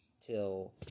till